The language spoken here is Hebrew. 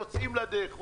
יוצאים לדרך.